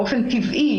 באופן טבעי,